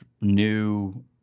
new